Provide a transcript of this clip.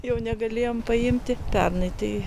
jau negalėjom paimti pernai tai